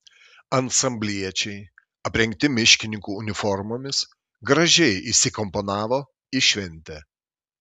ansambliečiai aprengti miškininkų uniformomis gražiai įsikomponavo į šventę